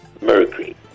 Mercury